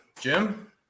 Jim